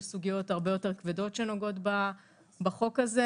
יש סוגיות הרבה יותר כבדות שנוגעות בחוק הזה,